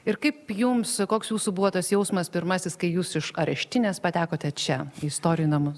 ir kaip jums koks jūsų buvo tas jausmas pirmasis kai jūs iš areštinės patekote čia į istorijų namus